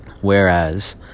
Whereas